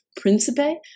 Principe